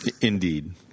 indeed